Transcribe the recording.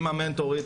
עם המנטורית,